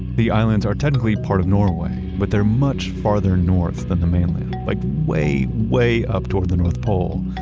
the islands are technically part of norway, but they're much farther north than the mainland, like way, way up towards the north pole.